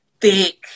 thick